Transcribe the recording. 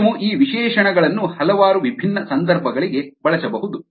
ನೀವು ಈ ವಿಶೇಷಣಗಳನ್ನು ಹಲವಾರು ವಿಭಿನ್ನ ಸಂದರ್ಭಗಳಿಗೆ ಬಳಸಬಹುದು